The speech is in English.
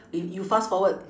you you fast forward